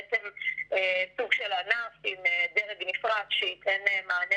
בעצם סוג של ענף עם דרג נפרד שייתן מענה